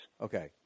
Okay